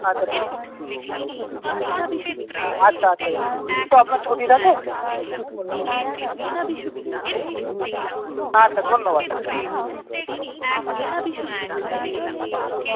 আচ্ছা ঠিক হ্যাঁ আচ্ছা আচ্ছা তো আপনার ছুটি থাকে সেই জন্যই বললাম আরকি হ্যাঁ আচ্ছা ধন্যবাদ হুম ভালো থাকবেন